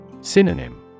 Synonym